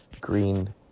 green